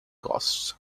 costs